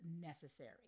necessary